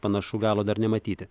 panašu galo dar nematyti